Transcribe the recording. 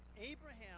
Abraham